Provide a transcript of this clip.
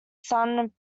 son